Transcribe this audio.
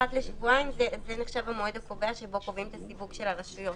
אחת לשבועיים זה נחשב המועד הקובע בו קובעים את הסיווג של הרשויות.